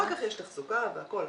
אחר כך יש תחזוקה, והכול.